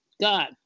God